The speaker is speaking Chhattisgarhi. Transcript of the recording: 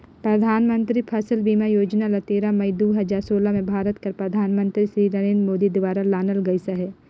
परधानमंतरी फसिल बीमा योजना ल तेरा मई दू हजार सोला में भारत कर परधानमंतरी सिरी नरेन्द मोदी दुवारा लानल गइस अहे